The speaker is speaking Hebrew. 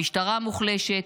המשטרה מוחלשת,